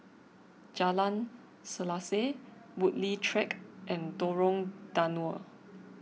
Jalan Selaseh Woodleigh Track and Lorong Danau